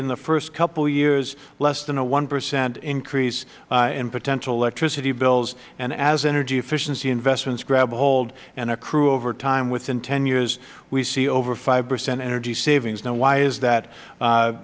in the first couple of years less than a one percent increase in potential electricity bills and as energy efficiency investments grab hold and accrue over time within ten years we see over five percent energy savings now why is that